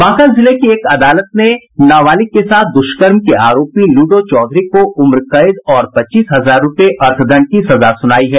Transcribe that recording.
बांका जिले की एक अदालत ने नाबालिग के साथ दुष्कर्म के आरोपी लूडो चौधरी को उम्रकैद और पच्चीस हजार रुपये अर्थदंड की सजा सुनायी है